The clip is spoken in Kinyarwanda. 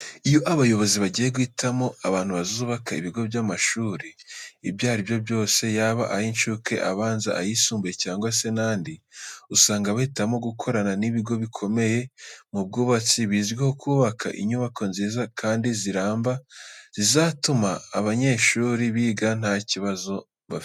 Iyo abayobozi bagiye guhitamo abantu bazubaka ibigo by'amashuri ibyo ari byo byose yaba ay'incuke, abanza, ayisumbuye cyangwa se n'andi, usanga bahitamo gukorana n'ibigo bikomeye mu bwubatsi bizwiho kubaka inyubako nziza kandi ziramba zizatuma abayeshuri biga nta kibazo bafite.